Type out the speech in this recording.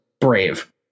brave